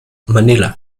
manila